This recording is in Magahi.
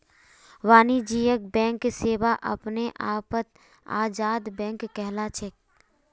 वाणिज्यिक बैंक सेवा अपने आपत आजाद बैंक कहलाछेक